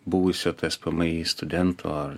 buvusio tspmi studento